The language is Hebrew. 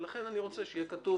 לכן אני רוצה שיהיה כתוב